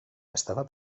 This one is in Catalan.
estava